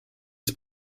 des